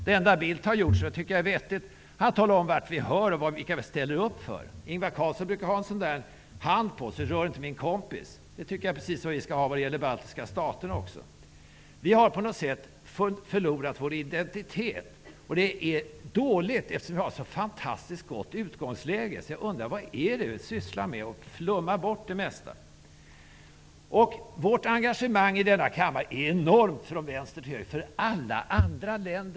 Det enda Bildt har gjort, som jag tycker är vettigt, är att han talar om vart vi hör och vilka vi ställer upp för. Ingvar Carlsson brukar ha ett märke med en hand på sig där det står: Rör inte min kompis! Det tycker jag är precis vad vi skall ha också vad gäller de baltiska staterna. Vi har på något sätt förlorat vår identitet. Det är dåligt, eftersom vi har ett så fantastiskt gott utgångsläge. Jag undrar vad det är vi sysslar med. Det mesta flummas bort. Vi har ett enormt engagemang i denna kammare, från vänster till höger, för alla andra länder.